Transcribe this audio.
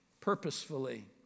Purposefully